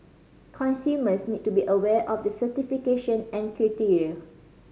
consumers need to be aware of the certification and criteria